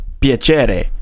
piacere